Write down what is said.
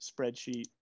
spreadsheet